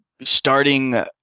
starting